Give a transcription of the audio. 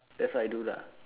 that's what I do lah